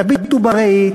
תביטו בראי,